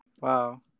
Wow